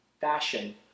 fashion